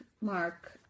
Mark